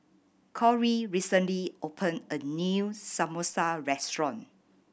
Corry recently opened a new Samosa restaurant